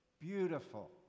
beautiful